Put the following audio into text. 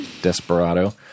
desperado